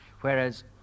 whereas